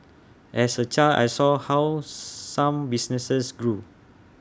as A child I saw how some businesses grew